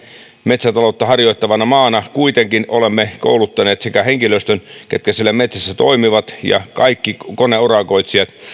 metsätaloutta harjoittavana maana kuitenkin olemme kouluttaneet sekä henkilöstön ketkä siellä metsässä toimivat ja kaikki koneurakoitsijat